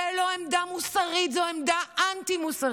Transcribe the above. זו לא עמדה מוסרית, זו עמדה אנטי-מוסרית.